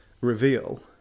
reveal